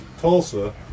Tulsa